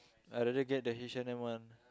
I rather get the H-and-M one